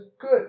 good